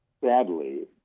sadly